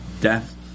death